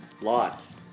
Lots